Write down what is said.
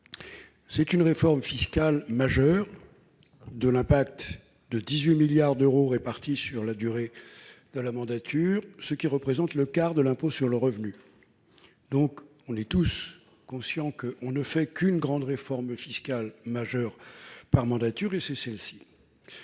d'une réforme fiscale majeure, qui aura un impact de 18 milliards d'euros répartis sur la durée de la mandature, ce qui représente le quart de l'impôt sur le revenu. Nous sommes tous conscients que l'on n'engage qu'une grande réforme fiscale majeure par mandature. La voilà.